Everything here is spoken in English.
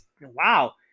Wow